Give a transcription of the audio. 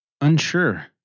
Unsure